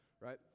right